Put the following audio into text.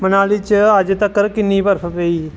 मनाली च अज्ज तक्कर किन्नी बर्फ पेई